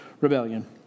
rebellion